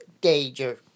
danger